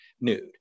nude